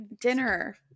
dinner